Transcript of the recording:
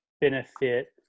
benefit